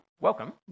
welcome